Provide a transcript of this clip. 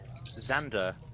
Xander